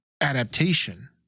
adaptation